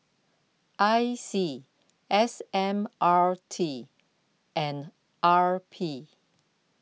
I C S M R T and R P